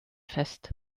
fest